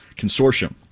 consortium